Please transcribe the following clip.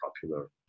popular